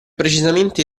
precisamente